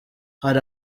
hari